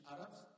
Arabs